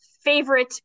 Favorite